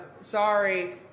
Sorry